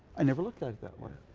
i never looked at it that way.